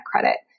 credit